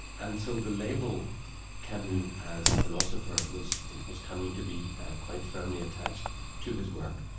and so the label camus as philosopher was was coming to be quite firmly attached to his work.